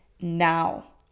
now